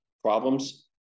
problems